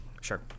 sure